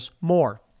more